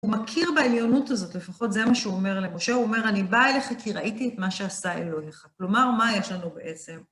הוא מכיר בעליונות הזאת, לפחות זה מה שהוא אומר אליהם. משה אומר, אני באה אליך כי ראיתי את מה שעשה אלוהיך. כלומר, מה יש לנו בעצם?